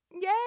Yay